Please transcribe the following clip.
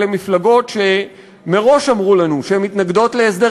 אלה מפלגות שמראש אמרו לנו שהן מתנגדות להסדר